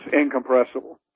incompressible